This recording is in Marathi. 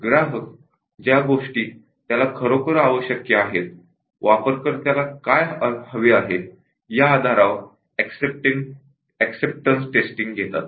ग्राहक ज्या गोष्टी त्याला खरोखर आवश्यक आहेत यूजर्स ला काय हवे आहे या आधारावर एक्सेप्टन्स टेस्टिंग घेतात